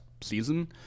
season